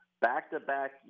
back-to-back